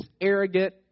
arrogant